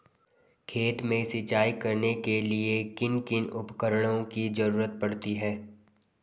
खेत में सिंचाई करने के लिए किन किन उपकरणों की जरूरत पड़ती है?